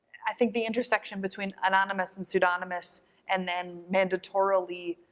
i think the intersection between anonymous and pseudonymous and then mandatorily,